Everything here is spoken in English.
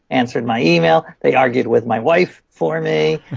answered my email, they argued with my wife for me.